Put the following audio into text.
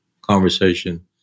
conversation